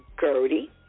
Gertie